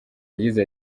yagize